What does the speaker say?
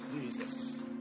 Jesus